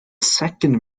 second